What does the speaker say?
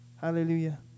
Hallelujah